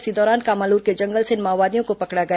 इसी दौरान कामालूर के जंगल से इन माओवादियों को पकड़ा गया